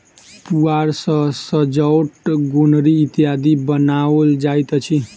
पुआर सॅ सजौट, गोनरि इत्यादि बनाओल जाइत अछि